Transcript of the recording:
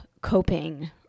coping